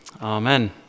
Amen